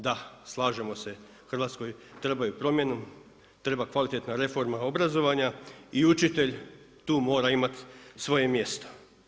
Da, slažemo se Hrvatskoj trebaju promjene, treba kvalitetna reforma obrazovanja i učitelj tu mora imati svoje mjesto.